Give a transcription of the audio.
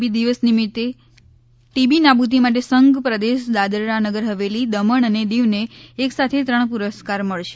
બી દિવસ દિવસે ટીબી નાબુદી માટે સંઘ પ્રદેશ દાદરા નગર હવેલી દમણ અને દીવને એક સાથે ત્રણ પુરસ્કાર મળશે